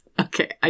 Okay